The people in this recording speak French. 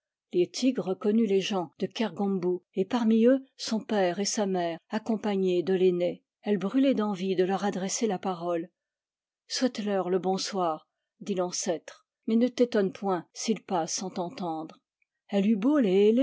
liettik reconnut les gens de kergombou et parmi eux son père et sa mère accompagnés de l'aîné elle brûlait d'envie de leur adresser la parole souhaite leur le bonsoir dit l'ancêtre mais ne t'étonne point s'ils passent sans t'entendre elle eut beau